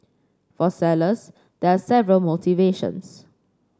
for sellers there are several motivations